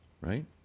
right